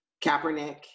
Kaepernick